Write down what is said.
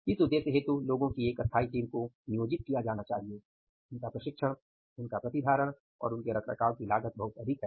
इस उद्देश्य हेतु लोगों की एक स्थायी टीम को नियोजित किया जाना चाहिए उनका प्रशिक्षण उनका प्रतिधारण और उनके रखरखाव की लागत बहुत अधिक है